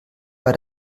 bei